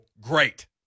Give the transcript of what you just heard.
Great